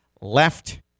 left